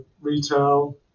retail